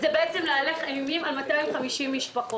זה בעצם להלך אימים על 250 משפחות.